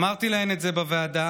אמרתי להן את זה בוועדה,